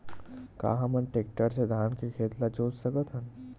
का हमन टेक्टर से धान के खेत ल जोत सकथन?